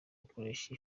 bakoresha